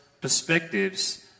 perspectives